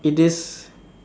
it is